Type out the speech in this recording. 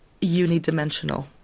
unidimensional